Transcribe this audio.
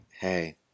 Hey